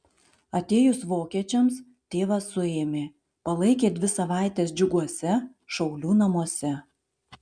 atėjus vokiečiams tėvą suėmė palaikė dvi savaites džiuguose šaulių namuose